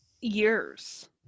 years